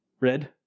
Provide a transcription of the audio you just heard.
Red